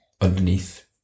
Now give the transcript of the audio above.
underneath